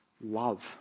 love